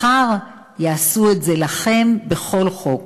מחר יעשו את זה לכם בכל חוק.